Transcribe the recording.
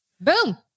Boom